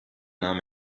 nahm